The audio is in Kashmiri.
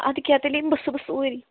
اَدٕ کیٛاہ تیٚلہِ یِمہٕ بہٕ صُبَحس اوٗری